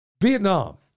Vietnam